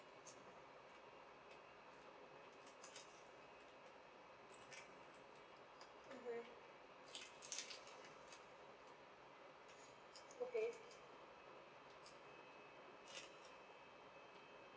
mmhmm okay